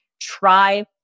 Try